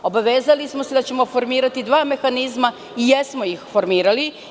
Obavezali smo se da ćemo formirati dva mehanizma i jesmo ih formirali.